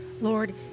Lord